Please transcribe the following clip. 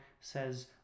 says